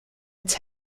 its